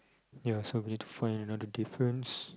you're so beautiful and you know the difference